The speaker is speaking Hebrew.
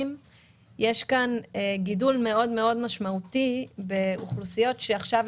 יש כאן גידול משמעותי מאוד באוכלוסיות שאם